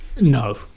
No